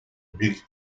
big